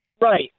Right